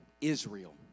Israel